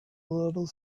little